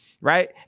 right